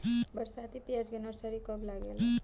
बरसाती प्याज के नर्सरी कब लागेला?